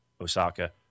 Osaka